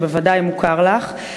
שבוודאי מוכר לך.